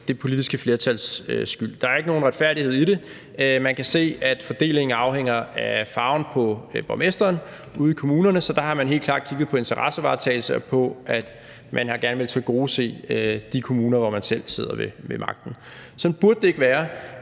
det politiske flertals skyld. Der er ikke nogen retfærdighed i det. Man kan se, at fordelingen afhænger af farven på borgmesteren ude i kommunerne. Så dér har man helt klart kigget på interessevaretagelse og på, at man gerne har villet tilgodese de kommuner, hvor man selv sidder på magten. Sådan burde det ikke være.